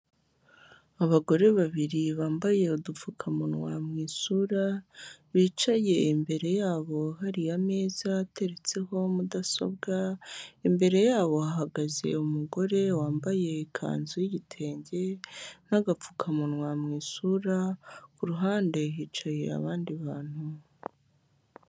Abagore babiri bambaye udupfukamunwa mu isura, bicaye imbere yabo hari ameza ateretseho mudasobwa, imbere yabo hahagaze umugore wambaye ikanzu y'igitenge n'agapfukamunwa mu isura, ku ruhande hicaye abandi bantu.